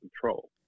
control